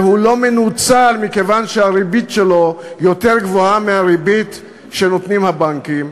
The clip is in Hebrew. שהוא לא מנוצל מכיוון שהריבית שלו יותר גבוהה מהריבית שנותנים הבנקים,